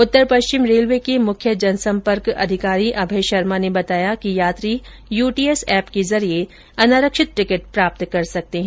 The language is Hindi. उत्तर पष्चिम रेलवे के मुख्य जनसंपर्क अधिकारी अभय शर्मा ने बताया कि यात्री यूटीएस एप के जरिए अनारक्षित टिकट प्राप्त कर सकते हैं